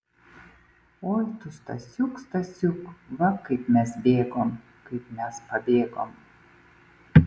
oi tu stasiuk stasiuk va kaip mes bėgom kaip mes pabėgom